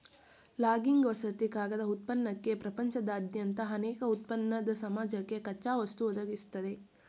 logging ವಸತಿ ಕಾಗದ ಉತ್ಪನ್ನಕ್ಕೆ ಪ್ರಪಂಚದಾದ್ಯಂತ ಅನೇಕ ಉತ್ಪನ್ನದ್ ಸಮಾಜಕ್ಕೆ ಕಚ್ಚಾವಸ್ತು ಒದಗಿಸ್ತದೆ